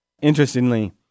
Interestingly